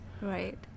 Right